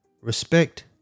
Respect